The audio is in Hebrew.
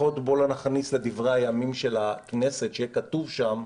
לפחות בוא לא נכניס לדברי הימים של הכנסת את הדברים.